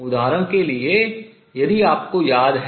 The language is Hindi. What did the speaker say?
उदाहरण के लिए यदि आपको याद है